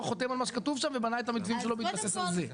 חותם על מה שכתוב שם ובנה את המתווים שלו בהתבסס על זה.